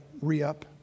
re-up